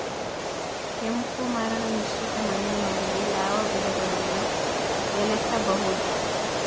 ಕೆಂಪು ಮರಳು ಮಿಶ್ರಿತ ಮಣ್ಣಿನಲ್ಲಿ ಯಾವ ಬೆಳೆಗಳನ್ನು ಬೆಳೆಸಬಹುದು?